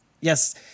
Yes